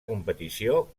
competició